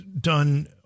done